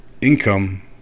income